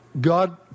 God